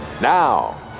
now